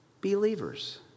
believers